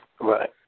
Right